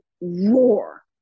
roar